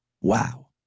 wow